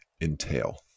entail